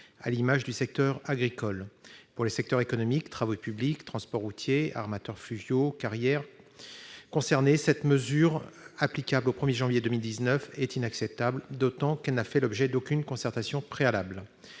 exemple le secteur agricole. Pour les secteurs économiques concernés- travaux publics, transports routiers, armateurs fluviaux, carrières ...-, cette mesure, applicable au 1 janvier 2019, est inacceptable, d'autant qu'elle n'a fait l'objet d'aucune concertation préalable.